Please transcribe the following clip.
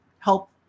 help